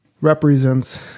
represents